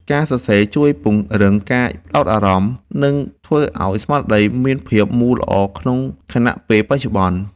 ការសរសេរជួយពង្រឹងការផ្ដោតអារម្មណ៍ និងធ្វើឱ្យស្មារតីមានភាពមូលល្អក្នុងខណៈពេលបច្ចុប្បន្ន។